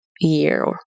year